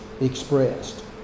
expressed